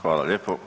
Hvala lijepo.